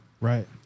right